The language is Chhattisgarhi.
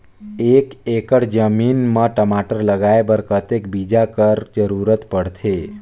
एक एकड़ जमीन म टमाटर लगाय बर कतेक बीजा कर जरूरत पड़थे?